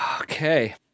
Okay